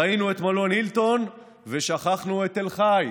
ראינו את מלון הילטון ושכחנו את תל חי".